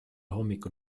hommikul